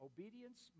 Obedience